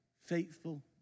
faithful